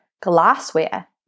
glassware